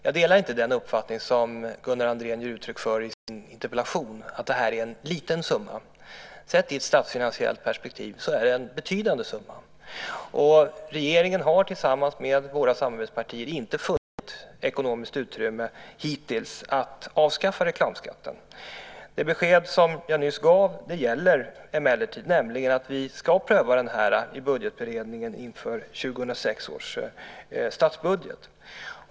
Jag delar inte den uppfattning som Gunnar Andrén ger uttryck för i sin interpellation, att det är fråga om en liten summa. Sett i ett statsfinansiellt perspektiv är det en betydande summa. Regeringen har tillsammans med sina samarbetspartier hittills inte funnit ett ekonomiskt utrymme för att avskaffa reklamskatten. Det besked som jag nyss gav gäller emellertid, nämligen att vi givetvis ska pröva detta vid budgetberedningen inför 2006 års statsbudget.